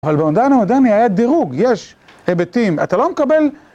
אבל במדען המדעני היה דירוג, יש היבטים, אתה לא מקבל.